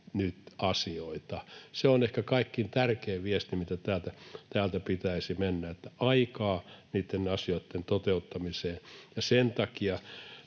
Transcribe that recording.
asioita. Se on ehkä kaikkein tärkein viesti, mitä täältä pitäisi mennä: aikaa niitten asioitten toteuttamiseen. Sen takia